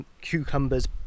cucumbers